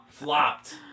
flopped